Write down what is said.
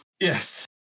Yes